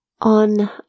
On